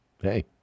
hey